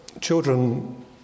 children